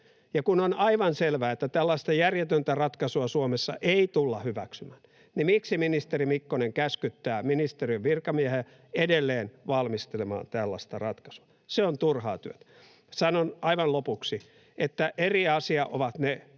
Ja kun on aivan selvää, että tällaista järjetöntä ratkaisua Suomessa ei tulla hyväksymään, niin miksi ministeri Mikkonen käskyttää ministeriön virkamiehiä edelleen valmistelemaan tällaista ratkaisua? Se on turhaa työtä. Sanon aivan lopuksi, että eri asia ovat ne